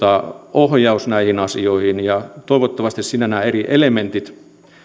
ohjaus näihin asioihin toivottavasti siinä on nämä eri elementit